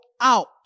out